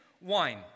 wine